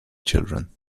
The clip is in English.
children